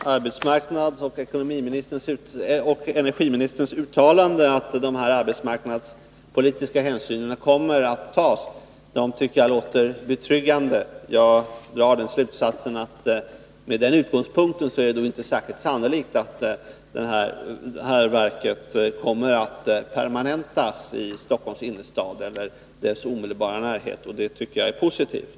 Herr talman! Arbetsmarknadsoch energiministerns uttalande, att arbetsmarknadspolitiska hänsyn kommer att tas, är betryggande. Jag drar slutsatsen att det med den utgångspunkten inte är särskilt sannolikt att verket kommer att permanentas i Stockholms innerstad eller dess omedelbara närhet. Det tycker jag är positivt.